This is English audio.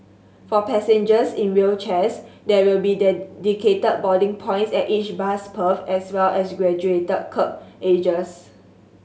for passengers in wheelchairs there will be dedicated boarding points at each bus berth as well as graduated kerb edges